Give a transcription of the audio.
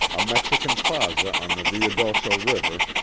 a mexican plaza on the ruidoso river,